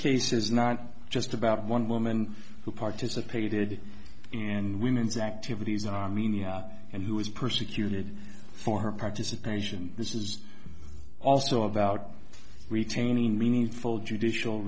case is not just about one woman who participated and womens activities are and who is persecuted for her participation this is also about retaining meaningful judicial